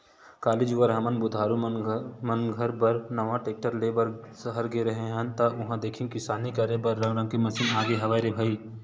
काली जुवर हमन बुधारु मन घर बर नवा टेक्टर ले बर सहर गे रेहे हन ता उहां देखेन किसानी करे बर रंग रंग के मसीन आगे हवय रे भई